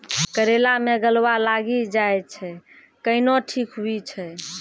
करेला मे गलवा लागी जे छ कैनो ठीक हुई छै?